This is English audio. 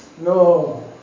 No